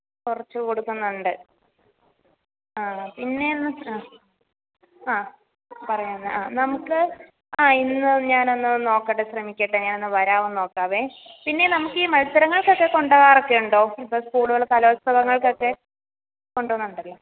കുറച്ചു കൊടുക്കുന്നുണ്ട് ആ പിന്നേന്ന് ആ ആ പറയാം ആ നമുക്ക് ആ ഇന്ന് ഞാനൊന്നു നോക്കട്ടെ ശ്രമിക്കട്ടെ ഞാനൊന്നു വരാമോ എന്നു നോക്കാമേ പിന്നെ നമുക്കീ മത്സരങ്ങള്ക്കൊക്കെ കൊണ്ടുപോകാറൊക്കെ ഉണ്ടോ ഇപ്പോള് സ്കൂളുകളില് കലോല്സവങ്ങള്ക്കൊക്കെ കൊണ്ടുപോകുന്നുണ്ടല്ലേ